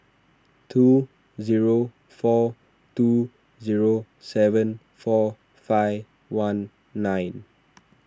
two zero four two zero seven four five one nine